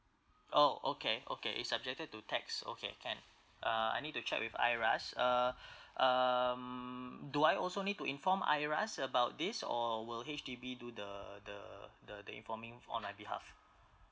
oh okay okay it's subjected to tax okay can uh I need to check with I_R_S uh um do I also need to inform I_R_S about this or will H_D_B do the the the the informing f~ on my behalf